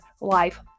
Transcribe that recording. life